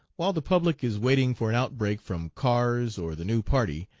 while the public is waiting for an outbreak from kars or the new party,